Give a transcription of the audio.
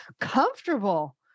comfortable